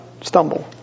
stumble